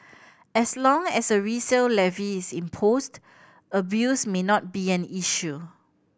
as long as a resale levy is imposed abuse may not be an issue